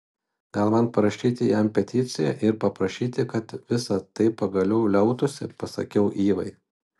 gal man parašyti jam peticiją ir paprašyti kad visa tai pagaliau liautųsi pasakiau ivai